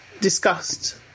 discussed